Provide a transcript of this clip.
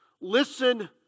listen